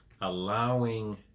allowing